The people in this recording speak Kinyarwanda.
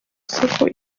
soko